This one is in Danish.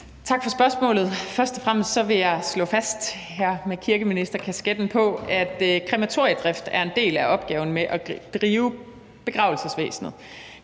Tak for spørgsmålet. Først og fremmest vil jeg med kirkeministerkasketten på slå fast, at krematoriedrift er en del af opgaven med at drive begravelsesvæsenet.